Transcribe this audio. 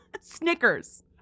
snickers